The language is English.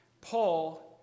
Paul